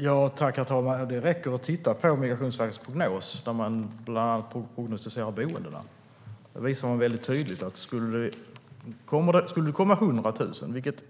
Herr talman! Det räcker att titta på Migrationsverkets prognos där man bland annat prognostiserar boendena. Skulle det komma 100 000 - vilket